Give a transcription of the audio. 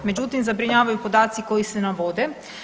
Međutim, zabrinjavaju podaci koji se navode.